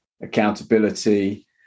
accountability